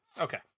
okay